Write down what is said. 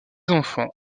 enfants